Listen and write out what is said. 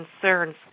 concerns